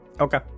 Okay